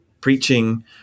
preaching